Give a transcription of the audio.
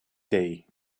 day